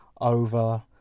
over